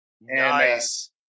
Nice